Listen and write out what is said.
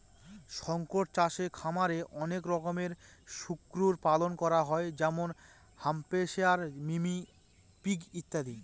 শুকর চাষে খামারে অনেক রকমের শুকরের পালন করা হয় যেমন হ্যাম্পশায়ার, মিনি পিগ ইত্যাদি